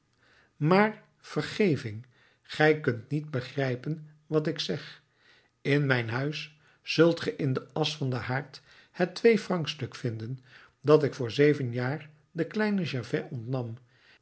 maar vergeving gij kunt niet begrijpen wat ik zeg in mijn huis zult ge in de asch van den haard het tweefrancstuk vinden dat ik vr zeven jaar den kleinen gervais ontnam